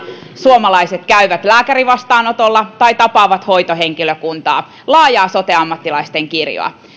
suomalaiset käyvät lääkärivastaanotolla tai tapaavat hoitohenkilökuntaa laajaa sote ammattilaisten kirjoa